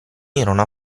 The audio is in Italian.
erano